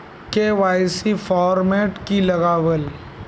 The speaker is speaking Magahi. के.वाई.सी फॉर्मेट की लगावल?